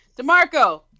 DeMarco